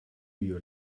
you